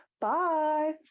Bye